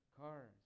cars